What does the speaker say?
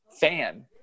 fan